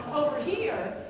here.